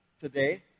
today